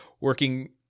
working